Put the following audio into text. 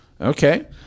Okay